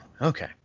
okay